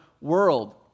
world